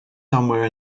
somewhere